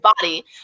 body